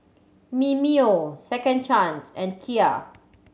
Mimeo Second Chance and Kia